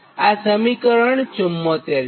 આ સમીકરણ 74 છે